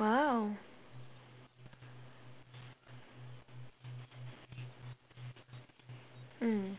!wow! mm